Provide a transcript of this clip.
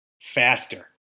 faster